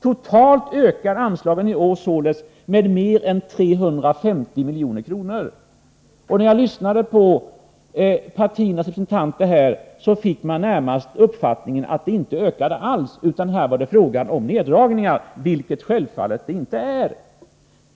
Totalt ökar anslagen i år således med mer än 350 milj.kr. När jag lyssnade på partiernas representanter i dagens debatt fick jag närmast uppfattningen att det inte alls var fråga om en ökning utan att det var fråga om en neddragning. Så är det självfallet inte.